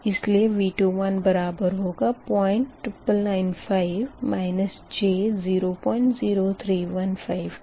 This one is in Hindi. इसलिए V21 बराबर होगा 09995 j00315 के